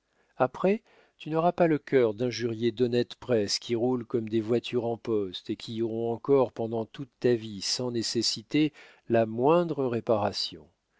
après tu n'auras pas le cœur d'injurier d'honnêtes presses qui roulent comme des voitures en poste et qui iront encore pendant toute ta vie sans nécessiter la moindre réparation